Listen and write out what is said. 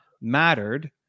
mattered